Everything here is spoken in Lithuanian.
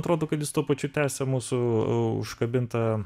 atrodo kad jis tuo pačiu tęsia mūsų u užkabintą